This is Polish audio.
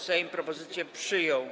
Sejm propozycję przyjął.